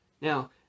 now